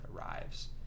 arrives